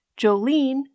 Jolene